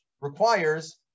requires